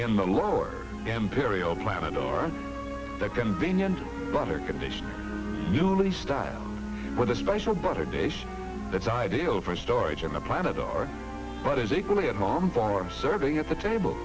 in the lower emperial planet or the convenient butter condition newly style with a special butter dish that's ideal for storage on the planet or but is equally at home for serving at the table